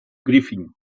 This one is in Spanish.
griffin